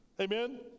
Amen